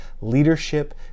leadership